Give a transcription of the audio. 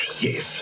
Yes